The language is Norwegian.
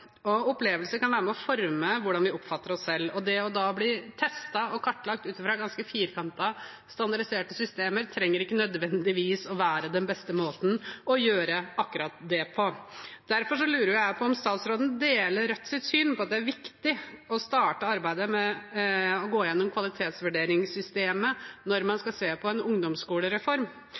Opplevelser kan være med og forme hvordan vi oppfatter oss selv, og det å bli testet og kartlagt ut fra ganske firkantede standardiserte systemer trenger ikke nødvendigvis være den beste måten å gjøre akkurat det på. Derfor lurer jeg på om statsråden deler Rødt sitt syn om at det er viktig å starte arbeidet med å gå gjennom kvalitetsvurderingssystemet når man skal se på en ungdomsskolereform.